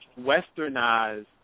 westernized